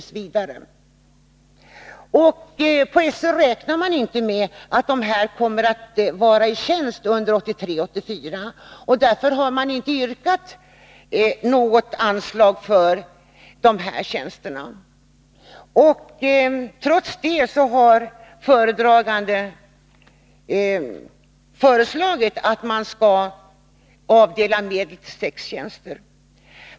På SÖ räknar man inte med att dessa befattningshavare väsendet gemensamma frågor väsendet gemensamma frågor kommer att vara i tjänst under 1983/84, och därför har man inte yrkat något anslag för deras tjänster. Trots det har det föredragande statsrådet föreslagit att man skall anslå medel till sex av dessa tjänster.